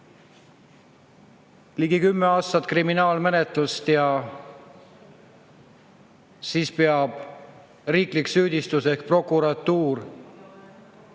Ligi kümme aastat kriminaalmenetlust ja siis peab riiklik süüdistus ehk prokuratuur